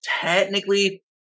technically